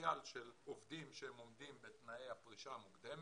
הפוטנציאל של העובדים שעומדים בתנאי הפרישה המוקדמת,